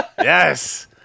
Yes